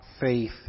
faith